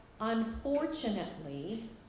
unfortunately